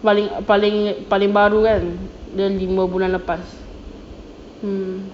paling paling paling baru kan then lima bulan lepas mm